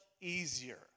easier